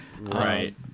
Right